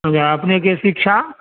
या अपने के शिक्षा